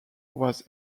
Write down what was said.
was